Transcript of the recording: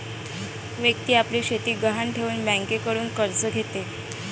व्यक्ती आपली शेती गहाण ठेवून बँकेकडून कर्ज घेते